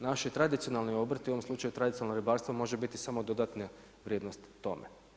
Naši tradicionalni obrti u ovom slučaju tradicionalno ribarstvo može biti samo dodatne vrijednosti tome.